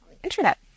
internet